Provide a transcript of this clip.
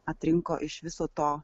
atrinko iš viso to